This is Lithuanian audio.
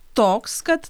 toks kad